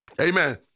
Amen